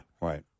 right